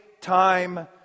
time